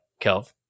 Kelv